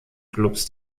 clubs